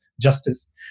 justice